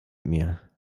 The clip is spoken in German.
mir